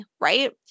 Right